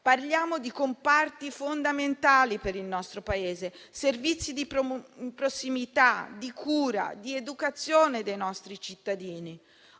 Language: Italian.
Parliamo di comparti fondamentali per il nostro Paese: servizi di prossimità, di cura, di educazione dei nostri cittadini.